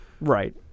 right